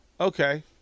okay